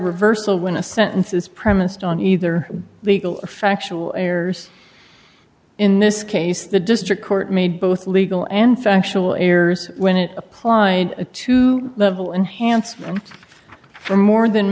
reversal when a sentence is premised on either legal factual errors in this case the district court made both legal and factual errors when it applied a two level enhanced or more than